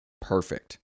perfect